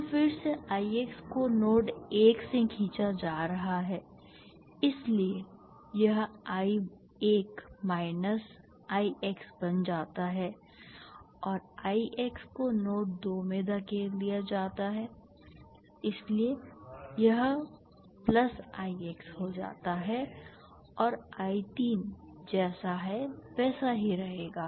तो फिर से Ix को नोड 1 से खींचा जा रहा है इसलिए यह I1 माइनस Ix बन जाता है और Ix को नोड 2 में धकेल दिया जाता है इसलिए यह प्लस Ix हो जाता है और I3 जैसा है वैसा ही रहेगा